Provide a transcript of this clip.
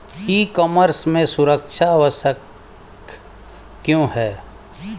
ई commerce में सुरक्षा आवश्यक क्यों है?